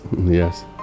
yes